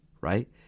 right